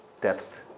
depth